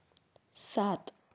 सात